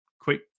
quick